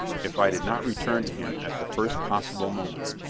if i did not return to him at the first possible moment.